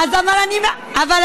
אני באתי אלייך על וליד דקה?